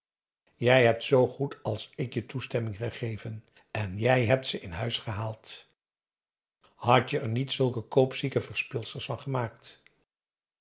jij hebt zoo goed als ik je toestemming gegeven en jij hebt ze in huis gehaald hadt je er niet zulke koopzieke verspilsters van gemaakt